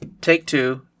Take-Two